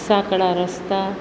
સાંકડા રસ્તા